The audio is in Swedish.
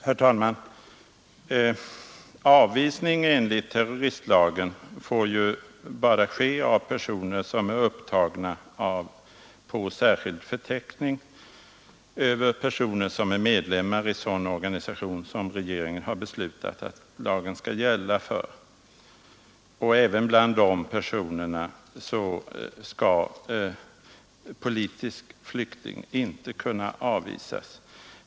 Herr talman! Avvisning enligt terroristlagen får ju bara ske av personer som är upptagna på särskild förteckning över personer, som är medlemmar i sådan organisation vilken regeringen har beslutat att lagen skall gälla för, och de bland dessa personer, som är politiska flyktingar skall inte kunna avvisas.